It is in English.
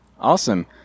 Awesome